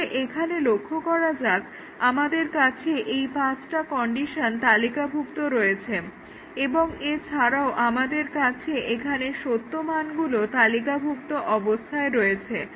তাহলে এখানে লক্ষ্য করা যাক আমাদের কাছে এই পাঁচটা কন্ডিশন তালিকাভুক্ত রয়েছে এবং এছাড়াও আমাদের কাছে এখানে সত্য মানগুলো তালিকাভুক্ত অবস্থায় রয়েছে